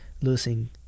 losing